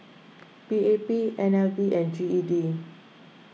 P A P N L B and G E D